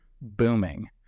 booming